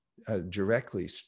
Directly